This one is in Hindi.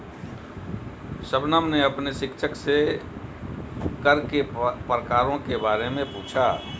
शबनम ने अपने शिक्षक से कर के प्रकारों के बारे में पूछा